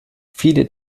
viele